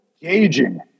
gauging